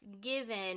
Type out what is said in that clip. given